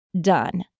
done